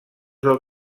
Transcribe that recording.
del